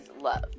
love